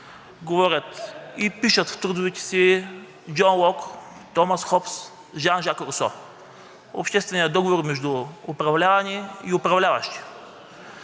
говорят и пишат в трудовете си Джон Лок, Томас Хобс, Жан Жак Русо – общественият договор между управлявани и управляващи.